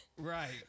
Right